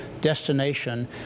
destination